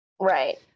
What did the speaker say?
Right